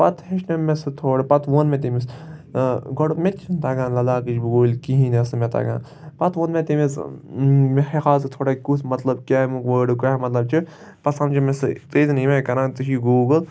پَتہٕ ہیٚچھنٲو مےٚ سُہ تھوڑا پَتہٕ ووٚن مےٚ تٔمِس گۄڈٕ مےٚ تہِ چھُنہٕ تَگان لداخٕچ بوٗلۍ کِہیٖنۍ ٲس نہٕ مےٚ تَگان پَتہٕ ووٚن مےٚ تٔمِس مےٚ ہاو ژٕ تھوڑا کُس مطلب کمیُک وٲڈُک کیاہ مطلب چھِ پتہٕ سَمجو مےٚ سُہ ژٕ ٲسۍ زِ ییٚمہِ آیہِ کَران ژےٚ چھی گوٗگل